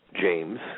James